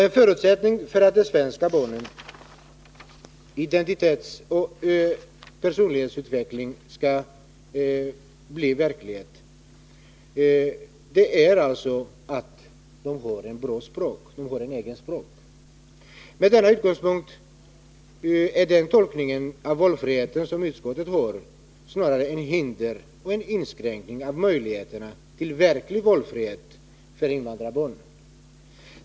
En förutsättning för att de svenska barnens identitetsoch personlighetsutveckling skall bli verklighet är ju att de får ett eget språk. Med denna utgångspunkt finner man att utskottets tolkning av begreppet valfrihet snarare är ett hinder och en inskränkning när det gäller möjligheterna till verklig valfrihet för invandrarbarnen.